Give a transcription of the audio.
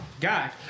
guy